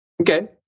Okay